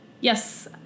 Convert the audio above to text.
Yes